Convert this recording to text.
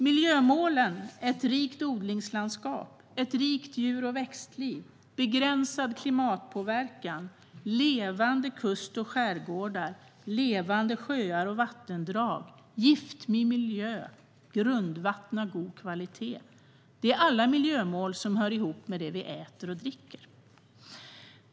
Miljömålen - Ett rikt odlingslandskap, Ett rikt djur och växtliv, Begränsad klimatpåverkan, Hav i balans och levande kust och skärgård, Levande sjöar och vattendrag, Giftfri miljö och Grundvatten av god kvalitet - är alla mål som hör ihop med det vi äter och dricker.